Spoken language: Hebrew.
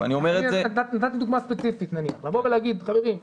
דוגמה, לבוא ולומר, חברים,